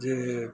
जे